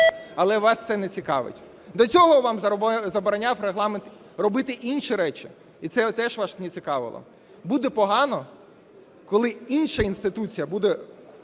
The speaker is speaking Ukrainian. Але вас це не цікавить. До цього вам забороняв Регламент робити інші речі, і це теж вас не цікавило. Буде погано, коли інша інституція буде